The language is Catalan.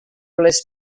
les